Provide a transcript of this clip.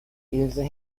ilse